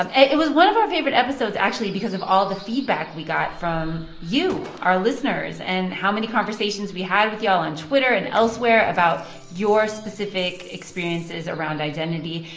um it was one of our favorite episodes, actually, because of all the feedback we got from you, our listeners, and how many conversations we had with y'all on twitter and elsewhere about your specific experiences around identity.